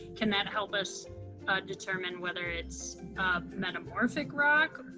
can that help us determine whether it's a metamorphic rock?